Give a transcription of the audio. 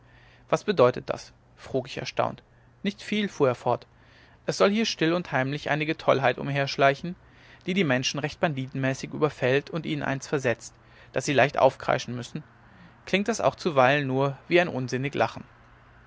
was bedeutet das frug ich erstaunt nicht viel fuhr er fort es soll hier still und heimlich einige tollheit umherschleichen die die menschen recht banditenmäßig überfällt und ihnen eins versetzt daß sie leicht aufkreischen müssen klingt das auch zuweilen nur wie ein unsinnig lachen